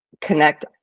connect